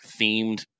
themed